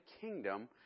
kingdom